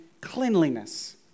cleanliness